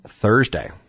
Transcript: Thursday